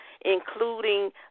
including